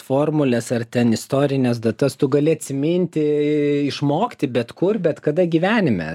formules ar ten istorines datas tu gali atsiminti išmokti bet kur bet kada gyvenime